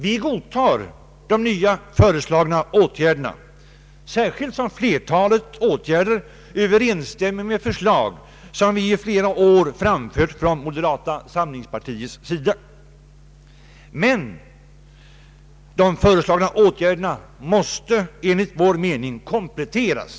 Vi godtar de föreslagna åtgärderna, särskilt som flertalet överensstämmer med förslag som i flera år framförts av moderata samlingspartiet. Men de föreslagna åtgärderna måste enligt vår mening kompletteras.